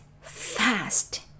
fast